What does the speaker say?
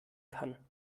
kann